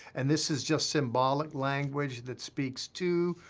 and this is just symbolic language that speaks to,